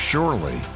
Surely